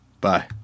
Bye